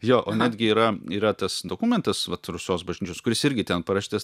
jo o netgi yra yra tas dokumentas vat rusios bažnyčios kuris irgi ten parašytas